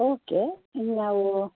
okay ನಾವು